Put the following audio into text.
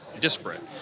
disparate